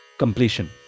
Completion